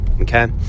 Okay